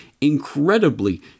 incredibly